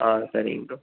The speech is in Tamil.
ஆ சரிங்க ப்ரோ